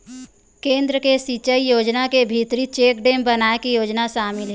केन्द्र के सिचई योजना के भीतरी चेकडेम बनाए के योजना सामिल हे